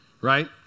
right